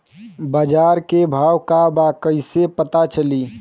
बाजार के भाव का बा कईसे पता चली?